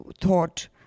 thought